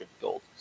gold